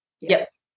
Yes